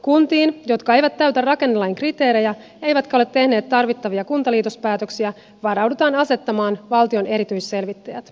kuntiin jotka eivät täytä rakennelain kriteerejä eivätkä ole tehneet tarvittavia kuntaliitospäätöksiä varaudutaan asettamaan valtion erityisselvittäjät